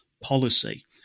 policy